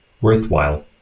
worthwhile